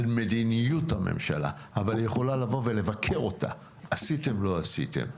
על מדיניות הממשלה אבל היא יכולה לבוא ולבקר אותה עשיתם או לא עשיתם.